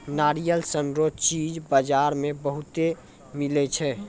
नारियल सन रो चीज बजार मे बहुते मिलै छै